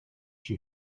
she